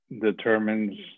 determines